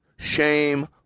Shame